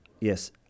Yes